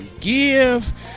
give